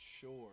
sure